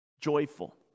joyful